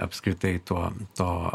apskritai tuo to